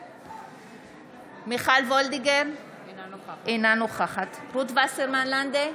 בעד מיכל וולדיגר, אינה נוכחת רות וסרמן לנדה,